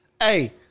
Hey